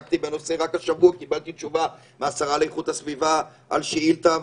ורק השבוע קיבלתי תשובה מהשרה לאיכות הסביבה על שאילתה,